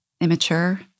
immature